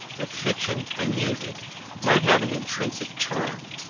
that fiction and music might have an intrinsic charm.